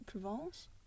Provence